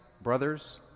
brothers